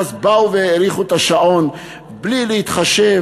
ואז באו והאריכו את תקופת השעון בלי להתחשב.